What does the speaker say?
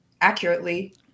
accurately